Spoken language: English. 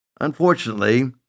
Unfortunately